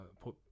Put